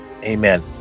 Amen